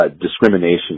discrimination